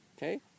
Okay